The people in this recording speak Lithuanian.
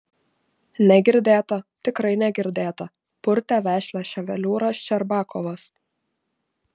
negirdėta tikrai negirdėta purtė vešlią ševeliūrą ščerbakovas